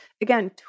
again